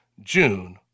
June